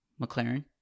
McLaren